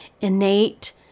innate